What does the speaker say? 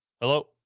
Hello